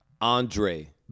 Andre